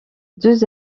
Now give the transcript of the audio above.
deux